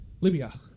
Libya